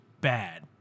bad